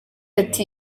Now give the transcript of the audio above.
ati